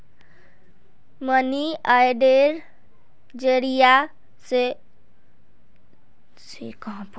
money आर्डरेर जरिया स लोगेर द्वारा एक जगह स दूसरा जगहत पैसा भेजाल जा छिले